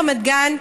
רמת גן,